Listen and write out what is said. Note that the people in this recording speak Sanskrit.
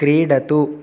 क्रीडतु